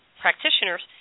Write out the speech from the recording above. practitioners